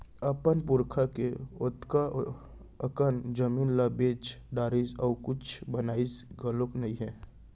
अपन पुरखा के ओतेक अकन जमीन ल बेच डारिस अउ कुछ बनइस घलोक नइ हे